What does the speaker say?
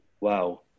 Wow